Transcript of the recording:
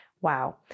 Wow